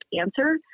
answer